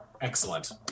Excellent